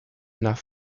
nach